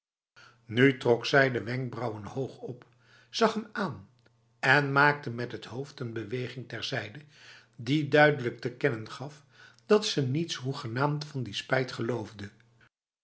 nu trok zij de wenkbrauwen hoog op zag hem aan en maakte met het hoofd een beweging terzijde die duidelijk te kennen gaf dat ze niets hoegenaamd van die spijt geloofde